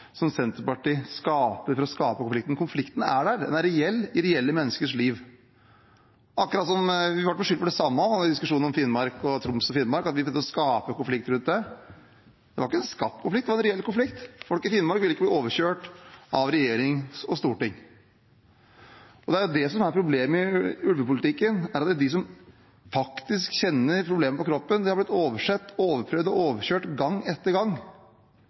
som Senterpartiet skaper for å skape konflikten. Konflikten er der, den er reell i reelle menneskers liv. Vi ble beskyldt for akkurat det samme i diskusjonen om Troms og Finnmark, at vi forsøkte å skape konflikt rundt det. Det var ikke en skapt konflikt. Det var en reell konflikt. Folk i Finnmark ville ikke bli overkjørt av regjering og storting. Det som er problemet i ulvepolitikken, er at de som faktisk kjenner problemet på kroppen, har blitt oversett, overprøvd og overkjørt gang etter gang.